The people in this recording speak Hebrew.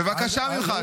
בבקשה ממך,